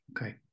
Okay